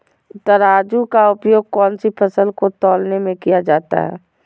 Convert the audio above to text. तराजू का उपयोग कौन सी फसल को तौलने में किया जाता है?